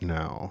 now